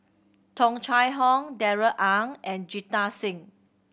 Tung Chye Hong Darrell Ang and Jita Singh